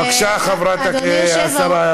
בבקשה, השרה שקד.